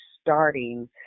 starting